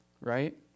right